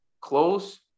close